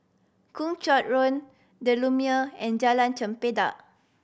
Kung Chong Road The Lumiere and Jalan Chempedak